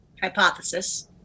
hypothesis